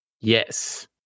yes